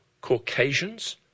Caucasians